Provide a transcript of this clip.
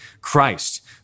Christ